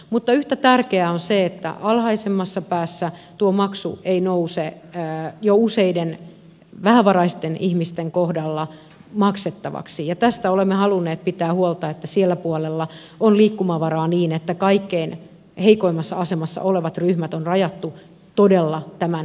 mutta yhtä tärkeää on se että alhaisemmassa päässä tuo maksu ei nouse jo useiden vähävaraisten ihmisten kohdalla maksettavaksi ja tästä olemme halunneet pitää huolta että sillä puolella on liikkumavaraa niin että kaikkein heikoimmassa asemassa olevat ryhmät on rajattu todella tämän maksun ulkopuolelle